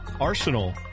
Arsenal